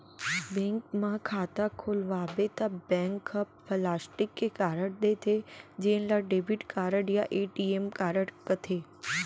bank म खाता खोलवाबे त बैंक ह प्लास्टिक के कारड देथे जेन ल डेबिट कारड या ए.टी.एम कारड कथें